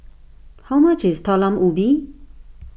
how much is Talam Ubi